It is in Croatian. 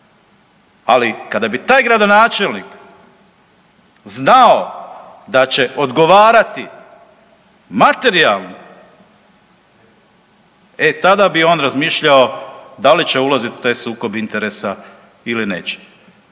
Ali, kada bi taj gradonačelnik, znao da će odgovarati materijalno, e tada bi on razmišljao da li će ulaziti u taj sukob interesa ili neće.